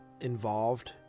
involved